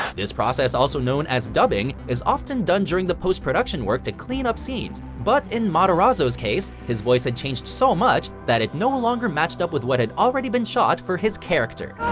this process, also known as dubbing, is often done during the post-production work to clean up scenes. but, in matarazzo's case, his voice had changed so much that it no longer matched up with what had already been shot for his character.